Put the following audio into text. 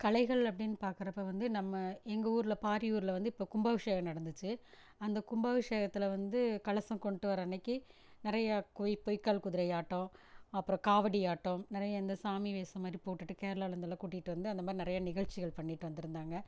கலைகள் அப்டினு பார்க்கறப்ப வந்து நம்ம எங்கூரில் பாரி ஊரில் வந்து இப்போ கும்பாவிஷேகம் நடந்ததுச்சு அந்த கும்பாவிஷேகத்தில் வந்து கலசம் கொண்டு வர அன்றைக்கி நிறைய பொய் பொய் கால் குதிரை ஆட்டம் அப்பறம் காவடி ஆட்டம் நிறைய இந்த சாமி வேசம் மாதிரி போட்டுட்டு கேரளாலவுலருந்துலாம் கூட்டிகிட்டு வந்து அந்த மாதிரி நிறைய நிகழ்ச்சிகள் பண்ணிட்டு வந்துருந்தாங்கள்